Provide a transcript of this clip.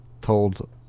told